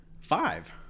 Five